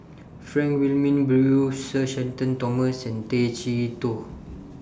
Frank Wilmin Brewer Sir Shenton Thomas and Tay Chee Toh